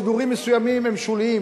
סידורים מסוימים הם שוליים,